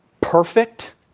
Perfect